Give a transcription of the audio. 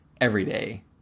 everyday